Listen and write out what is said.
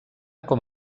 com